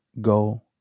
go